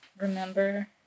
remember